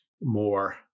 more